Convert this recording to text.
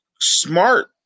smart